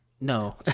No